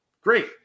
Great